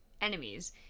enemies